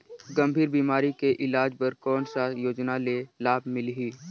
गंभीर बीमारी के इलाज बर कौन सा योजना ले लाभ मिलही?